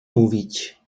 mówić